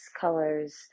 colors